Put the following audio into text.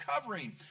covering